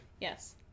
Yes